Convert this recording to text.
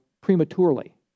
prematurely